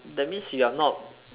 that means you are not